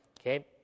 okay